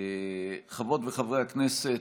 חברות וחברי הכנסת,